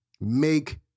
make